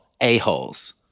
a-holes